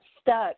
stuck